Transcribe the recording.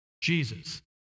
Jesus